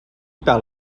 par